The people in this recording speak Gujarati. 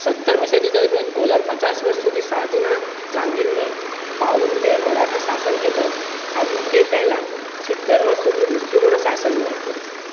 સત્તરમી સદી દરમિયાન કોલાર પચાસ વર્ષ સુધી શાહજીની જાગીરના ભાગરૂપે મરાઠા શાસન હેઠળ આવ્યું તે પહેલાં સિત્તેર વર્ષ સુધી મુસ્લિમોનાં શાસનમાં હતું